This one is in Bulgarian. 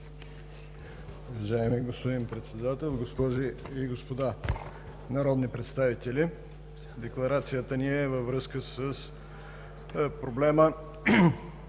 Уважаеми господин Председател, госпожи и господа народни представители! Декларацията ни е във връзка с проблема